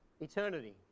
eternity